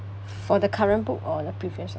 for the current book or the previous one